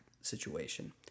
situation